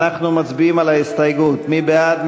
אנחנו מצביעים על ההסתייגות, מי בעד?